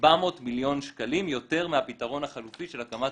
400 מיליון שקלים יותר מהפתרון החלופי של הקמת